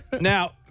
Now